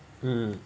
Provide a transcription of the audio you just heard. mm